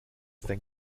denn